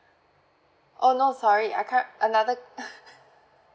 oh no sorry I another